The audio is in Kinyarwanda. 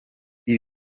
ibi